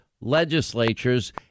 legislatures